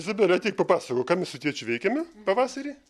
izabele ateik papasakok ką mes su tėčiu veikiame pavasarį